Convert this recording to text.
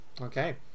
Okay